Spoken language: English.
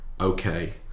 okay